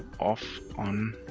off, on.